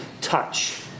touch